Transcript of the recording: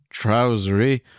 trousery